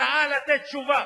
שעה, לתת תשובה,